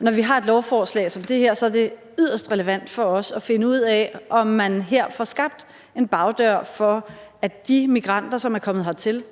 Når vi har et lovforslag som det her, er det yderst relevant for os at finde ud af, om man her får skabt en bagdør for, at de migranter, som er kommet hertil